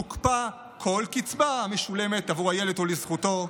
תוקפא כל קצבה המשולמת עבור הילד או לזכותו,